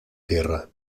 tierra